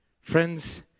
Friends